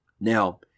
Now